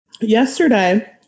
yesterday